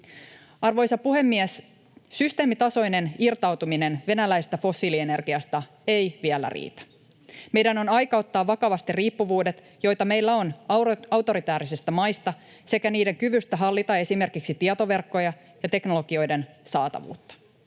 Arvoisa puhemies! Systeemitasoinen irtautuminen venäläisestä fossiilienergiasta ei vielä riitä. Meidän on aika ottaa vakavasti riippuvuudet, joita meillä on autoritäärisistä maista sekä niiden kyvystä hallita esimerkiksi tietoverkkoja ja teknologioiden saatavuutta.